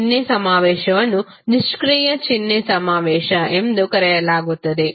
ಈ ಚಿಹ್ನೆ ಸಮಾವೇಶವನ್ನು ನಿಷ್ಕ್ರಿಯ ಚಿಹ್ನೆ ಸಮಾವೇಶ ಎಂದು ಕರೆಯಲಾಗುತ್ತದೆ